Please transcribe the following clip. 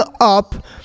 up